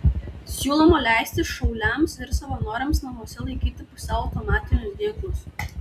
siūloma leisti šauliams ir savanoriams namuose laikyti pusiau automatinius ginklus